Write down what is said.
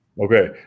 Okay